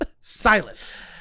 Silence